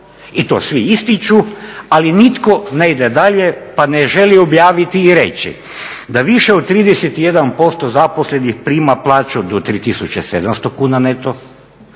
i to svi ističu ali nitko ne ide dalje pa ne želi objaviti i reći da više od 31% zaposlenih prima plaću do 3700 neto,